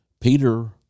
Peter